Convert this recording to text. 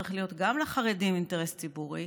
צריך להיות גם לחרדים אינטרס ציבורי,